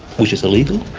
which is illegal,